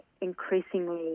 increasingly